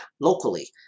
locally